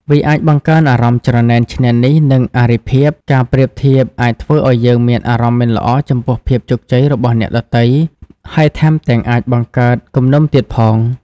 វាអាចបង្កើនអារម្មណ៍ច្រណែនឈ្នានីស និងអរិភាព ការប្រៀបធៀបអាចធ្វើឲ្យយើងមានអារម្មណ៍មិនល្អចំពោះភាពជោគជ័យរបស់អ្នកដទៃ ហើយថែមទាំងអាចបង្កើតគំនុំទៀតផង។